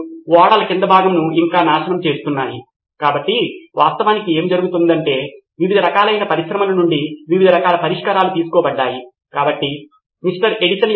నితిన్ కురియన్ మా customer journey mapping సమయంలో కూడా భాగస్వామ్యం గురించి మాకు అనేక అంతర్దృష్టులు వచ్చాయని నేను భావిస్తున్నాను మరియు విద్యార్థులు సామూహికంగా ఉపయోగిస్తున్న ముఖ్య ప్లాట్ఫామ్లలో ఒకటి వాట్సాప్